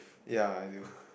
ya I do